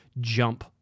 jump